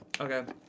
Okay